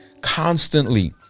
constantly